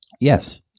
Yes